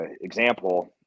example